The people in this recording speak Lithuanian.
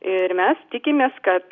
ir mes tikimės kad